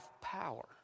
power